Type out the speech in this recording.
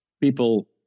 people